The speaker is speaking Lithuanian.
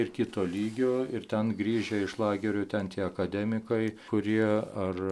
ir kito lygio ir ten grįžę iš lagerių ten tie akademikai kurie ar